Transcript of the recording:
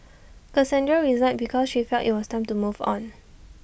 Cassandra resigned because she felt IT was time to move on